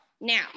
now